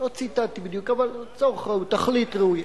לא ציטטתי בדיוק, אבל לצורך תכלית ראויה.